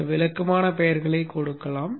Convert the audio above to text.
சில விளக்கமான பெயர்களைக் கொடுக்கலாம்